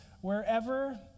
wherever